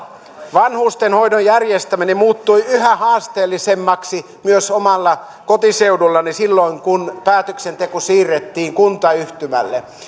vanhustenhoidon järjestäminen muuttui yhä haasteellisemmaksi myös omalla kotiseudullani silloin kun päätöksenteko siirrettiin kuntayhtymälle